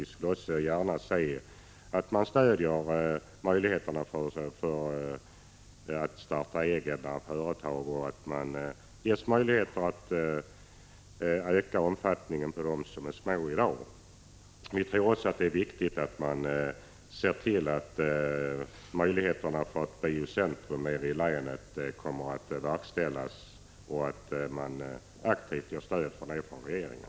Vi skulle också gärna se ett stöd för att starta egna företag och för att öka omfattningen hos de företag som i dag är små. Vi tror också att det är viktigt att tanken på ett biocentrum i länet får aktivt stöd från regeringen.